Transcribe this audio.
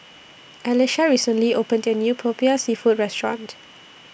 Elisha recently opened A New Popiah Seafood Restaurant